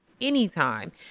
anytime